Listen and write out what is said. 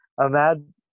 imagine